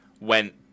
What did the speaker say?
went